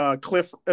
Cliff